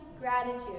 gratitude